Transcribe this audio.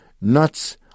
nuts